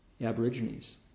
Aborigines